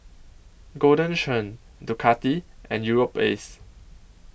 Golden Churn Ducati and Europace